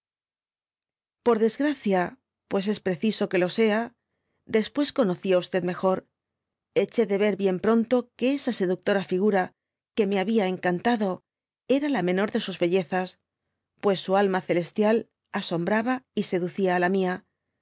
por desgracia pues es preciso que lo sea después conocí á mejor eché de ver bien pronto que esa seductora figura que me habia encantado era la menor de sus bellezas pues su alma celestial asombraba y seducia la mia